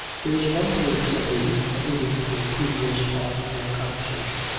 there's one proof, said he, alluding to a previous part of their conversation,